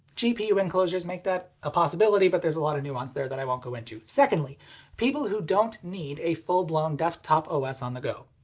gpu enclosures make that a possibility, but there's a lot of nuance there that i won't go into. secondly people who don't need a full-blown desktop os on the go.